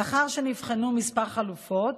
לאחר שנבחנו כמה חלופות,